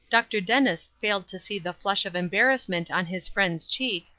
dr. dennis failed to see the flush of embarrassment on his friend's cheek,